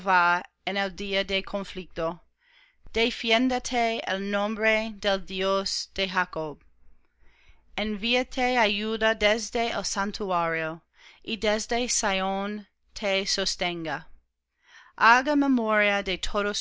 conflicto defiéndate el nombre del dios de jacob envíete ayuda desde el santuario y desde sión te sostenga haga memoria